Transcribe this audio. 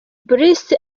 bruce